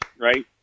right